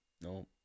no